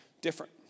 different